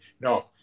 No